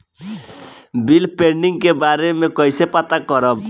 Bill pending के बारे में कईसे पता करब?